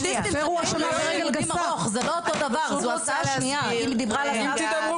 אני אעשה לכם סדר, זה שני דברים